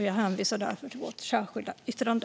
Jag hänvisar därför till vårt särskilda yttrande.